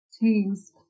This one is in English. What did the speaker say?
teams